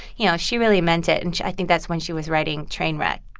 you know, she really meant it. and i think that's when she was writing trainwreck.